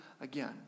again